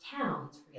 towns